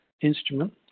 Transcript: instrument